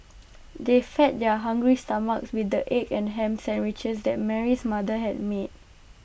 they fed their hungry stomachs with the egg and Ham Sandwiches that Mary's mother had made